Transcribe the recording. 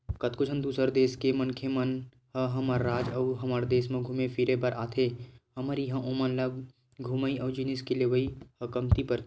कतको झन दूसर देस के मनखे मन ह हमर राज अउ हमर देस म घुमे फिरे बर आथे हमर इहां ओमन ल घूमई अउ जिनिस के लेवई ह कमती परथे